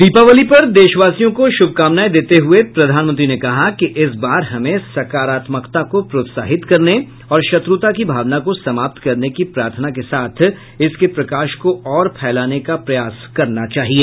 दीपावली पर देशवासियों को शुभकामनाएं देते हुए प्रधानमंत्री ने कहा कि इस बार हमें सकारात्मकता को प्रोत्साहित करने और शत्रुता की भावना को समाप्त करने की प्रार्थना के साथ इसके प्रकाश को और फैलाने का प्रयास करना चाहिए